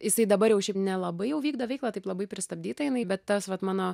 jisai dabar jau šiaip nelabai jau vykdo veiklą taip labai pristabdyta jinai bet tas vat mano